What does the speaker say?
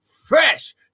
fresh